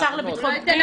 השר לביטחון פנים?